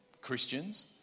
Christians